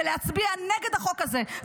ולהצביע נגד החוק הזה.